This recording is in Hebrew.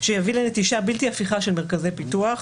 שיביא לנטישה בלתי הפיכה של מרכזי פיתוח.